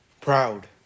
proud